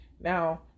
Now